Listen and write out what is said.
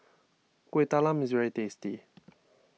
Kueh Talam is very tasty